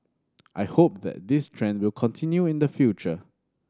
I hope that this trend will continue in the future